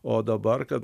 o dabar kad